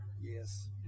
Yes